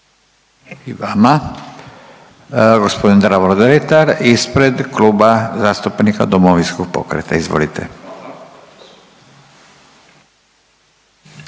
I vama. Gospodin Davor Dretar ispred Kluba zastupnika Domovinskog pokreta, izvolite.